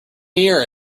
ear